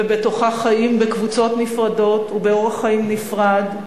ובתוכה חיים בקבוצות נפרדות ובאורח חיים נפרד,